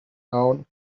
down